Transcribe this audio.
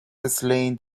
slain